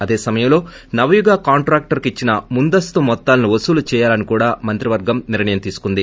అదే సమయంలో నవయుగ కాంట్రాక్టర్కు ఇచ్చిన ముందస్తు మొత్తాలను వసూలు చేయాలని కూడా మంత్రివర్గం నిర్లయం తీసుకుంది